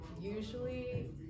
usually